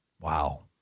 Wow